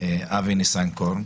אבי ניסנקורן